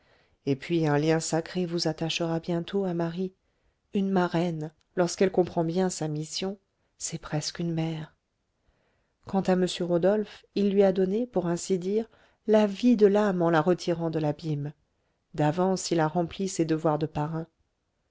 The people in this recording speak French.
et puis un lien sacré vous attachera bientôt à marie une marraine lorsqu'elle comprend bien sa mission c'est presque une mère quant à m rodolphe il lui a donné pour ainsi dire la vie de l'âme en la retirant de l'abîme d'avance il a rempli ses devoirs de parrain